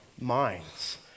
minds